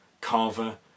Carver